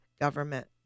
government